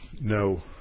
no